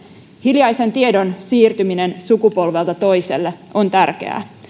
hiljaisen tiedon siirtyminen sukupolvelta toiselle on tärkeää